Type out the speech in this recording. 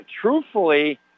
Truthfully